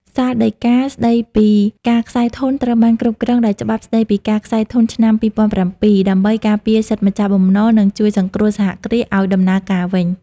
សាលដីកាស្ដីពីការក្ស័យធនត្រូវបានគ្រប់គ្រងដោយច្បាប់ស្ដីពីការក្ស័យធនឆ្នាំ ២០០៧ ដើម្បីការពារសិទ្ធិម្ចាស់បំណុល និងជួយសង្គ្រោះសហគ្រាសឱ្យដំណើរការវិញ។